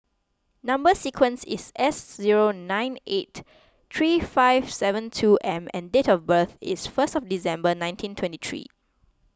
Number Sequence is S zero nine eight three five seven two M and date of birth is first of December nineteen twenty three